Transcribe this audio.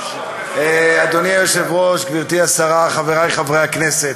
אדוני היושב-ראש, גברתי השרה, חברי חברי הכנסת,